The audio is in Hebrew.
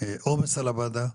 עומס על הוועדה,